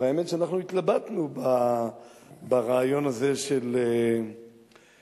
והאמת שאנחנו התלבטנו ברעיון הזה של ניצול